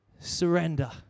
Surrender